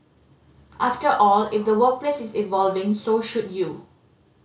after all if the workplace is evolving so should you